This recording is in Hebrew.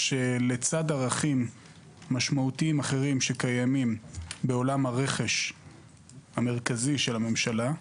שלצד ערכים משמעותיים אחרים שקיימים בעולם הרכש המרכזי של הממשלה,